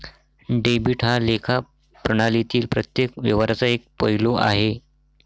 debit हा लेखा प्रणालीतील प्रत्येक व्यवहाराचा एक पैलू आहे